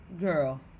girl